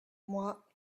moi